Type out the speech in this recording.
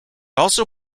also